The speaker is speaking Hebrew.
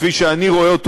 כפי שאני רואה אותו,